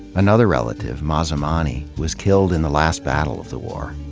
another relative, mazamani, was killed in the last battle of the war.